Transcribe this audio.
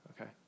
okay